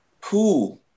pool